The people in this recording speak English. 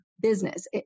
business